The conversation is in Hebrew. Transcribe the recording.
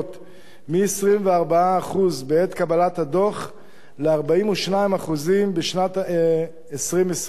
מ-24% בעת קבלת הדוח ל-42% בשנת 2020,